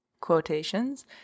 quotations